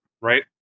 Right